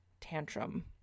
tantrum